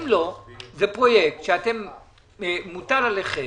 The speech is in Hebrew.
אם לא, אם זה פרויקט שמוטל עליכם,